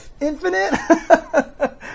infinite